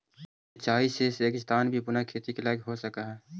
सिंचाई से रेगिस्तान भी पुनः खेती के लायक हो सकऽ हइ